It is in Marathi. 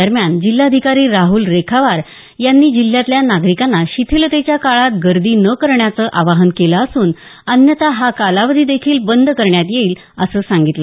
दरम्यान जिल्हाधिकारी राहूल रेखावार यांनी जिल्ह्यातल्या नागरिकांना शिथीलतेच्या काळात गर्दी न करण्याचं आवाहन केलं असून अन्यथा हा कालावधी देखील बंद करण्यात येईल असे सांगितलं